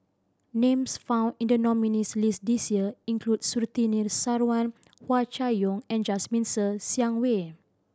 names found in the nominees' list this year include Surtini Sarwan Hua Chai Yong and Jasmine Ser Xiang Wei